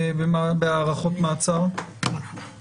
עם מעצר עד תום ההליכים?